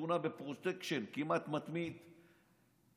נתונה בפרוטקשן כמעט מתמיד,